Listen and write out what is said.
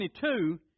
22